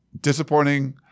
disappointing